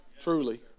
truly